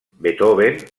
beethoven